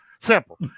Simple